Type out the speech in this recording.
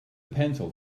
pencil